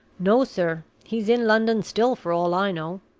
no, sir. he's in london still, for all i know.